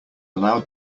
allowed